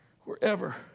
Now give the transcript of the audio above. wherever